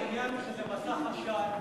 העניין הוא שזה מסך עשן,